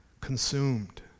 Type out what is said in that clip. consumed